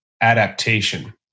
adaptation